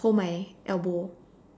hold my elbow